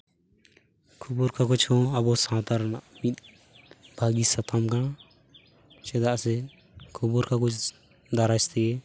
ᱠᱷᱚᱵᱚᱨ ᱠᱟᱜᱚᱡ ᱦᱚᱸ ᱟᱵᱚ ᱥᱟᱶᱛᱟ ᱨᱮᱱᱟᱜ ᱢᱤᱫ ᱵᱷᱟᱹᱜᱤ ᱥᱟᱛᱟᱢ ᱠᱟᱱᱟ ᱪᱮᱫᱟᱜ ᱥᱮ ᱠᱷᱚᱵᱚᱨ ᱠᱟᱜᱚᱡ ᱫᱟᱨᱟᱭᱛᱮ